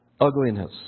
Ugliness